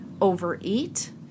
overeat